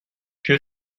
que